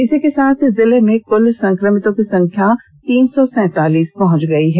इसी के साथ जिले में कुल संक्रमितों की संख्या तीन सौ सैंतालीस पहुंच गयी है